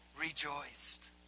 rejoiced